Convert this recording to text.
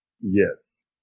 Yes